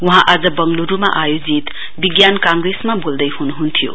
वहाँ आज बंगलुरूमा आयोजित विज्ञान काँग्रेसमा बोल्दैहुनुहुन्थ्यो